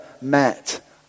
met